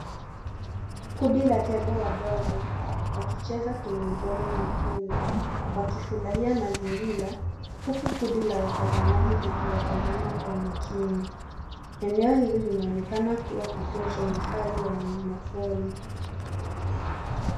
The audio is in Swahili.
Kundi la tembo wadogo, wakicheza kwenye udongo mwekundu. Wakifurahia mazingira, huku kundi la watazamaji likiwatazama kwa umakini. Eneo hili linaonekana kuwa kituo cha uhifadhi wa wanyamapori.